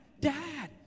Dad